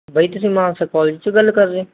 ਬਾਈ ਤੁਸੀਂ ਮਾਨਸਾ ਕਾਲਜ ਚੋਂ ਗੱਲ ਕਰ ਰਹੇ